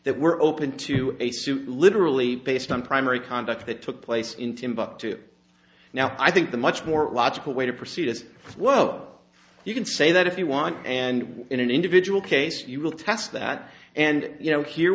that we're open to a suit literally based on primary conduct that took place in timbuktu now i think the much more logical way to proceed is well you can say that if you want and in an individual case you will test that and you know here